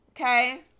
okay